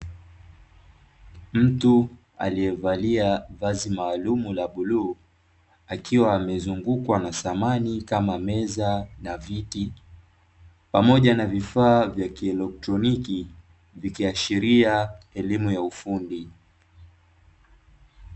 Mtu aliyevalia vazi maalum la bluu akiwa amezungukwa na samani kama meza na viti pamoja na vifaa vya kielektroniki vikiashiria elimu ya ufundi .